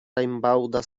rimbauda